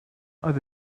oedd